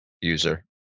user